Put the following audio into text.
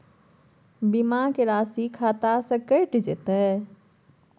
बीमा के राशि खाता से कैट जेतै?